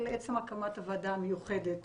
על עצם הקמת הוועדה מיוחדת